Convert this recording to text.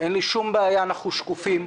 אין לי שום בעיה אנחנו שקופים,